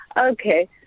Okay